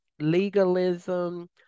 legalism